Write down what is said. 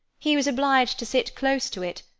he was obliged to sit close to it,